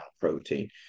protein